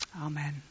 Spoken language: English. Amen